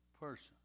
person